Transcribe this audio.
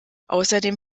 außerdem